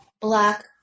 Black